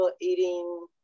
eating